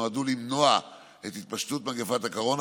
שנועדו למנוע את התפשטות מגפת הקורונה,